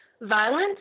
violence